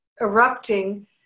erupting